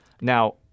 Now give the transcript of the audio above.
Now